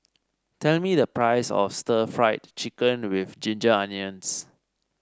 tell me the price of Stir Fried Chicken with Ginger Onions